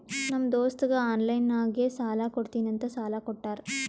ನಮ್ ದೋಸ್ತಗ ಆನ್ಲೈನ್ ನಾಗೆ ಸಾಲಾ ಕೊಡ್ತೀನಿ ಅಂತ ಸಾಲಾ ಕೋಟ್ಟಾರ್